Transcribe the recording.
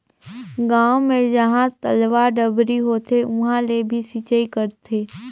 गांव मे जहां तलवा, डबरी होथे उहां ले भी सिचई करथे